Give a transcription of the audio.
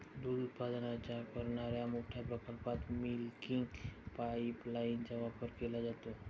दूध उत्पादन करणाऱ्या मोठ्या प्रकल्पात मिल्किंग पाइपलाइनचा वापर केला जातो